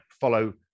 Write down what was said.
follow